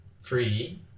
free